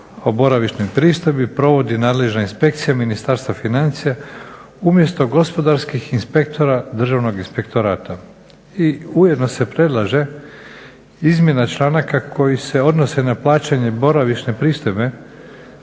o boravišnoj pristojbi provodi nadležna inspekcija Ministarstva financija umjesto gospodarskih inspektora Državnog inspektorata. I ujedno se predlaže izmjena članaka koji se odnose na plaćanje boravišne pristojbe